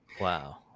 Wow